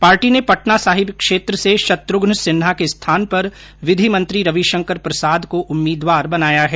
party ने पटना साहिब क्षेत्र से शत्रुघ्न सिन्हा के स्थान पर विधि मंत्री रविशंकर प्रसाद को उम्मीदवार बनाया है